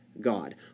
God